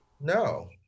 no